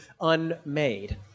unmade